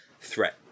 threat